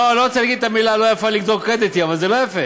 לא בעמידה.